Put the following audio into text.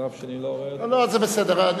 לא, זה בסדר.